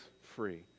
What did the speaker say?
free